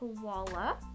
koala